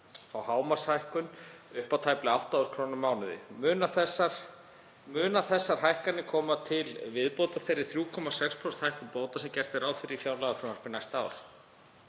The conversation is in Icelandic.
fá hámarkshækkun upp á tæplega 8.000 kr. á mánuði. Munu þessar hækkanir koma til viðbótar þeirri 3,6% hækkun bóta sem gert er ráð fyrir í fjárlagafrumvarpi næsta árs.